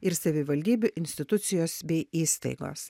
ir savivaldybių institucijos bei įstaigos